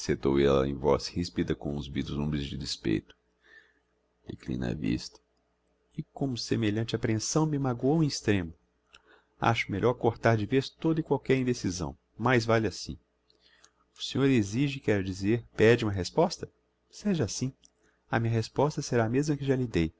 rispida com uns vislumbres de despeito declina a vista e como semelhante apprehensão me maguou em extremo acho melhor cortar de vez toda e qualquer indecisão mais vale assim o senhor exige quero dizer pede uma resposta seja assim a minha resposta será a mesma que já lhe dei